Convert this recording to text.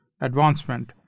advancement